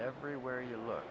everywhere you look